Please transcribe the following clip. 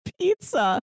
pizza